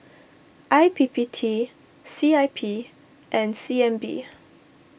I P P T C I P and C N B